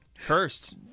cursed